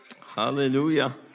Hallelujah